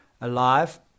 Alive